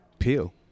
peel